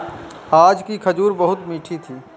आज की खजूर बहुत मीठी थी